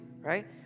right